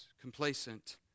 complacent